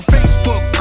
Facebook